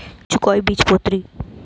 লিচু কয় বীজপত্রী?